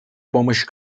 помощь